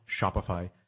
Shopify